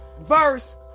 verse